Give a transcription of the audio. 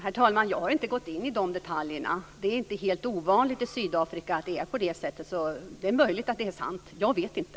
Fru talman! Jag har inte gått in i de detaljerna. Det är inte helt ovanligt i Sydafrika att det är på det sättet. Det är möjligt att det är sant; jag vet inte.